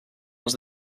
els